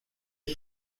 ist